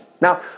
Now